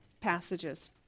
passages